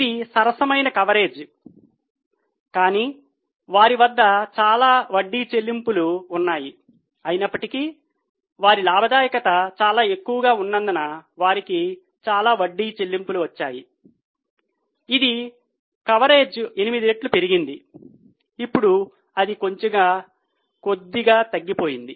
ఇది సరసమైన కవరేజ్ కానీ వారి వద్ద చాలా వడ్డీ చెల్లింపులు ఉన్నాయి అయినప్పటికీ వారి లాభదాయకత చాలా ఎక్కువగా ఉన్నందున వారికి చాలా వడ్డీ చెల్లింపులు వచ్చాయి ఇది కవరేజ్ 8 రెట్లు పెరిగింది ఇప్పుడు అది కొద్దిగా తగ్గిపోయింది